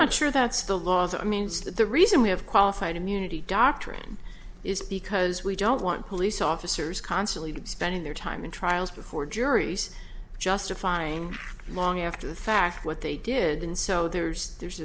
not sure that's the laws i means that the reason we have qualified immunity doctrine is because we don't want police officers constantly spending their time in trials before juries justifying long after the fact what they did and so there's there's